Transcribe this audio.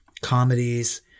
comedies